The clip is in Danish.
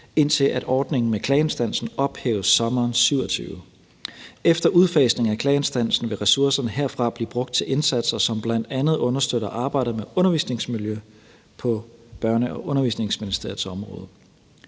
indtil ordningen med klageinstansen ophæves i sommeren 2027. Efter udfasning af klageinstansen vil ressourcerne herfra blive brugt til indsatser, som bl.a. understøtter arbejdet med undervisningsmiljø på Børne- og Undervisningsministeriets område.